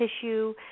tissue